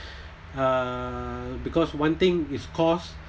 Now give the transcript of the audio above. uh because one thing is cost